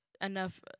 Enough